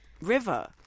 river